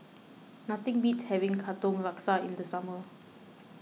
nothing beats having Katong Laksa in the summer